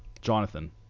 Jonathan